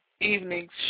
evening's